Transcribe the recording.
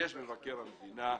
יש את מבקר המדינה.